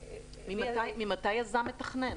ממתי יזם מתכנן?